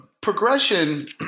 progression